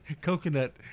Coconut